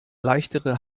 leichtere